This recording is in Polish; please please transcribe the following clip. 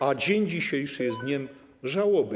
A dzień dzisiejszy jest dniem żałoby.